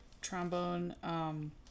trombone